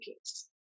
kids